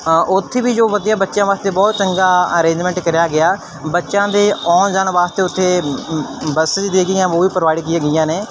ਉੱਥੇ ਵੀ ਜੋ ਵਧੀਆ ਬੱਚਿਆਂ ਵਾਸਤੇ ਬਹੁਤ ਚੰਗਾ ਅਰੇਂਜਮੈਂਟ ਕਰਿਆ ਗਿਆ ਬੱਚਿਆਂ ਦੇ ਆਉਣ ਜਾਣ ਵਾਸਤੇ ਉੱਥੇ ਬੱਸਿਸ ਦੇ ਗਈਆਂ ਉਹ ਵੀ ਪ੍ਰੋਵਾਈਡ ਕੀਆ ਗਈਆਂ ਨੇ